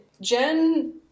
Jen